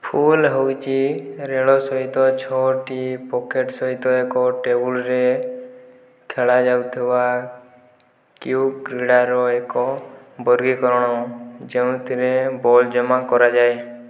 ଫୁଲ ହେଉଛି ରେଳ ସହିତ ଛଅଟି ପ୍ୟାକେଟ୍ ସହିତ ଏକ ଟେବୁଲରେ ଖେଳା ଯାଉଥିବା କ୍ୟୁ କ୍ରୀଡ଼ାର ଏକ ବର୍ଗୀକରଣ ଯେଉଁଥିରେ ବଲ ଜମା କରାଯାଏ